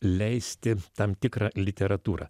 leisti tam tikrą literatūrą